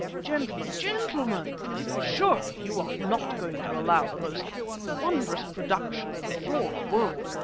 gentlemen, gentlemen! he said, surely you are not going to allow the most wondrous production of the floral world,